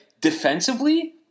defensively